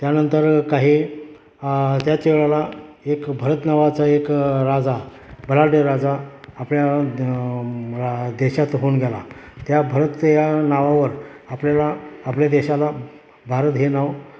त्यानंतर काही त्याच वेळेला एक भरत नावाचा एक राजा बलाढ्य राजा आपल्या रा देशात होऊन गेला त्या भरत या नावावर आपल्याला आपल्या देशाला भारत हे नाव